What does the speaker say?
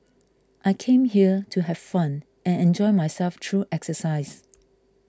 I came here to have fun and enjoy myself through exercise